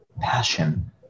passion